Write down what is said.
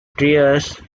patriots